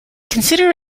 consider